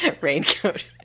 raincoat